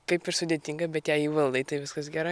kaip ir sudėtinga bet jei įvaldai tai viskas gerai